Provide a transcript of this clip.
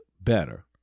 better